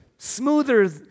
Smoother